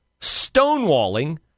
stonewalling